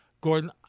Gordon